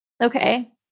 Okay